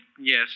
Yes